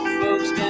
folks